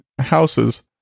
houses